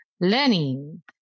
learning